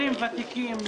לפרוטוקול.